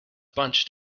bunched